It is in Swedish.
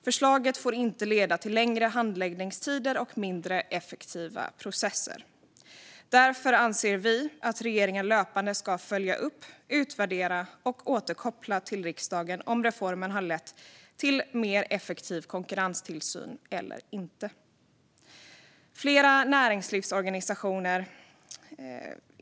Förslaget får inte leda till längre handläggningstider och mindre effektiva processer. Därför anser vi att regeringen löpande ska följa upp, utvärdera och återkoppla till riksdagen om reformen har lett till en mer effektiv konkurrenstillsyn eller inte.